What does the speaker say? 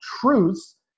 truths